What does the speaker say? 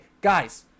guys